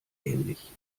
ähnlich